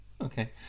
okay